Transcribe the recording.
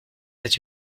êtes